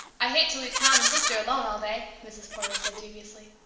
i hate to leave tom and sister alone all day, mrs. porter said dubiously.